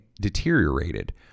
deteriorated